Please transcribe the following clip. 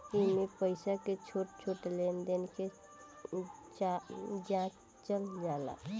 एइमे पईसा के छोट छोट लेन देन के जाचल जाला